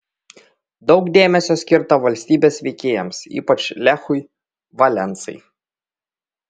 daug dėmesio skirta valstybės veikėjams ypač lechui valensai